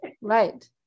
right